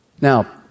Now